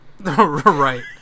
right